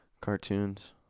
Cartoons